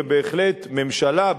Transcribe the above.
ובהחלט ממשלה,